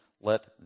Let